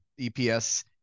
EPS